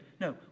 no